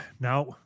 Now